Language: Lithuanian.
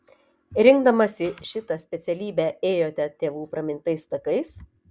rinkdamasi šitą specialybę ėjote tėvų pramintais takais